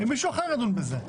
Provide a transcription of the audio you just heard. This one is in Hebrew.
מישהו אחר ידון בזה.